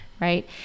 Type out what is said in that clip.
right